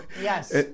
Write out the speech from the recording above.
yes